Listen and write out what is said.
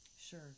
Sure